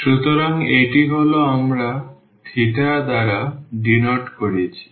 সুতরাং এটি হল আমরা থিটা দ্বারা ডিনোট করেছি